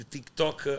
TikTok